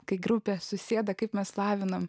kai grupė susėda kaip mes laviname